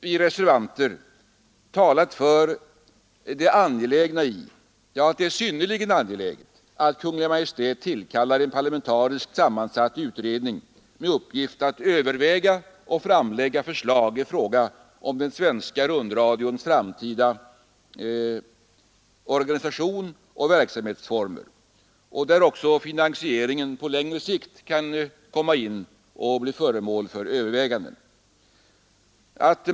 Vi reservanter har alltså framhållit att det är synnerligen angeläget att Kungl. Maj:t tillkallar en parlamentariskt sammansatt utredning med uppgift att överväga och framlägga förslag i fråga om den svenska rundradions framtida organisation och verksamhetsformer, där också finansieringen på längre sikt kan komma in och bli föremål för överväganden.